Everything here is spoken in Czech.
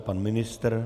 Pan ministr?